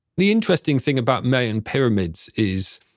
the interesting thing about mayan pyramids is,